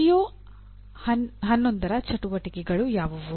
PO11 ಚಟುವಟಿಕೆಗಳು ಯಾವುವು